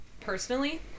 personally